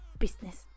business